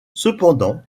cependant